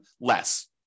less